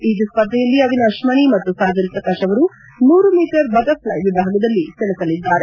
ಈಜು ಸ್ಪರ್ಧೆಯಲ್ಲಿ ಅವಿನಾಶ್ ಮಣಿ ಮತ್ತು ಸಾಜನ್ ಪ್ರಕಾಶ್ ಅವರು ನೂರು ಮೀಟರ್ ಬಟರ್ ಫೈ ವಿಭಾಗದಲ್ಲಿ ಸೆಣಸಲಿದ್ದಾರೆ